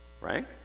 right